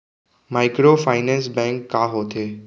Microfinance bank का होथे?